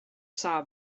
saw